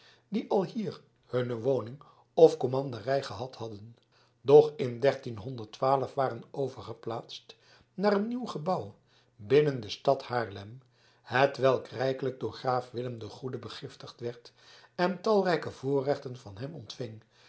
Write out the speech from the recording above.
die alhier hunne woning of commanderij gehad hadden doch in waren overgeplaatst naar een nieuw gebouw binnen de stad haarlem hetwelk rijkelijk door graaf willem den goeden begiftigd werd en talrijke voorrechten van hem ontving